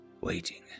waiting